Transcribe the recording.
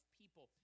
people